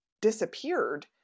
disappeared